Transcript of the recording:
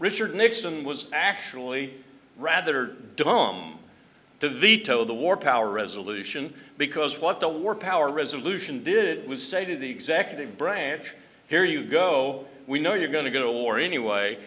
richard nixon was actually rather dumb to veto the war powers resolution because what the war powers resolution did was say to the executive branch here you go we know you're going to go to war anyway